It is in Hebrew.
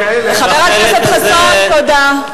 ראש הממשלה,